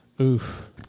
Oof